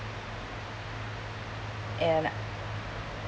and